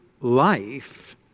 life